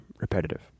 repetitive